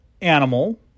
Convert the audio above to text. animal